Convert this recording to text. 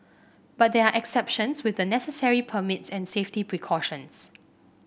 but there are exceptions with the necessary permits and safety precautions